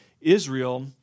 Israel